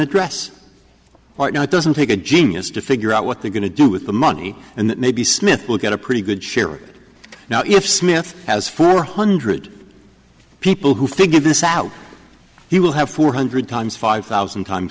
address or not doesn't take a genius to figure out what they're going to do with the money and maybe smith will get a pretty good share now if smith has four hundred people who figured this out he will have four hundred times five thousand times